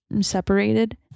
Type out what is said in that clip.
Separated